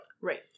Right